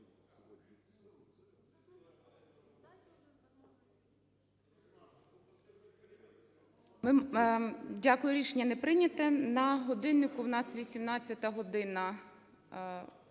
Дякую. Рішення не прийнято. На годиннику в нас 18 година,